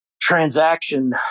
transaction